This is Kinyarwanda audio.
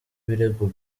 birego